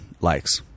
likes